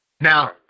Now